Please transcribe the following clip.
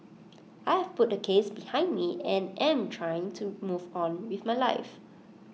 I have put the case behind me and am trying to move on with my life